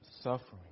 suffering